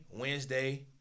Wednesday